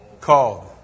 called